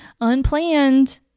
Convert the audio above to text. unplanned